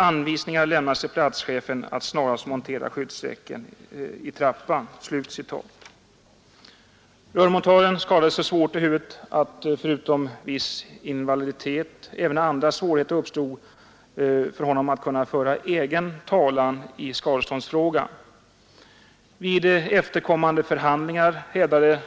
Anvisningar lämnades till platschefen att snarast montera skyddsräcke i trappan.” Rörmontören skadades så svårt i huvudet att förutom viss invaliditet även andra svårigheter uppstod för honom att kunna föra egen talan i skadeståndsfrågan. Vid efterkommande förhandlingar hävdade